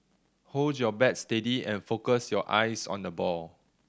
hold your bat steady and focus your eyes on the ball